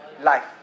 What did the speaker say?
life